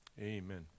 Amen